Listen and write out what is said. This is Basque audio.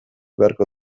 beharko